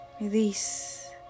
release